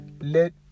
let